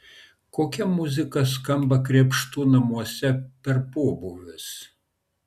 kokia muzika skamba krėpštų namuose per pobūvius